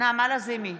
נעמה לזימי,